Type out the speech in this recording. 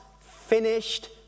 finished